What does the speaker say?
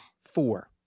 four